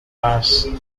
paz